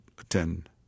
attend